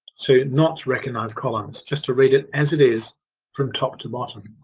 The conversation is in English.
to not recognize columns, just to read it as it is from top to bottom.